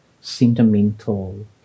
sentimental